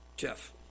Jeff